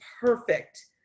perfect